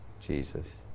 Jesus